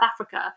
Africa